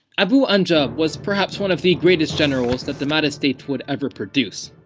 abu anja was perhaps one of the greatest generals that the mahdist state would ever produce.